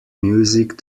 music